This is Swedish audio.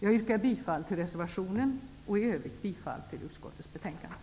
Jag yrkar bifall till reservationen och i övrigt bifall till utskottets hemställan.